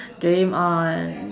dream on